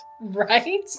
Right